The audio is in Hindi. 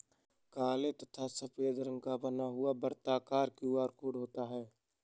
काले तथा सफेद रंग का बना हुआ वर्ताकार क्यू.आर कोड होता है